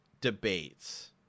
debates